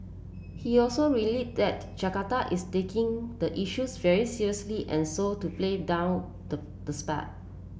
he also relief that Jakarta is taking the issues very seriously and sought to play down the the spat